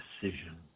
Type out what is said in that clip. decision